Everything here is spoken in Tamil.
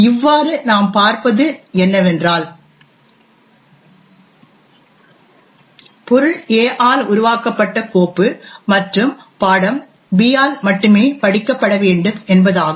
இவ்வாறு நாம் பார்ப்பது என்னவென்றால் பொருள் A ஆல் உருவாக்கப்பட்ட கோப்பு மற்றும் பாடம் B ஆல் மட்டுமே படிக்கப்பட வேண்டும் என்பதாகும்